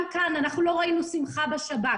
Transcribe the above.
גם כאן אנחנו לא רואים שמחה בשב"כ.